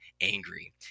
angry